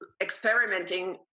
experimenting